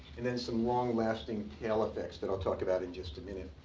and then some long lasting tail effects that i'll talk about in just a minute.